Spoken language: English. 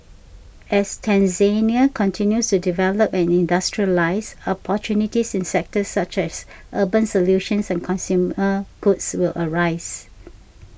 as Tanzania continues to develop and industrialise opportunities in sectors such as urban solutions and consumer goods will arise